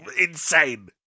insane